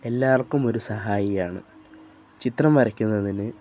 എല്ലാവർക്കുമൊരു സഹായിയാണ് ചിത്രം വരയ്ക്കുന്നതിന്